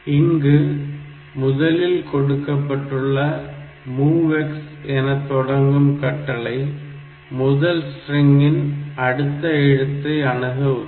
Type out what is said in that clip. இங்கு முதலில் கொடுக்கப்பட்ட MOVX எனத் தொடங்கும் கட்டளை முதல் ஸ்ட்ரிங்கின் அடுத்த எழுத்தை அணுக உதவும்